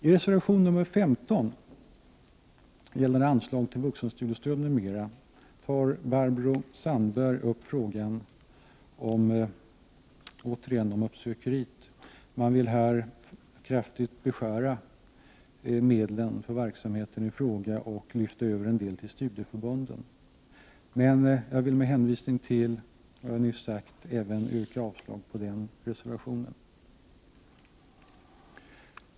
I reservation nr 15, gällande anslag till vuxenstudiestöd m.m., tar Barbro Sandberg återigen upp frågan om uppsökeriet. Man vill här kraftigt beskära medlen för verksamheten i fråga och lyfta över en del till studieförbunden. Jag vill med hänvisning till vad jag nyss sagt yrka avslag även på den reservationen.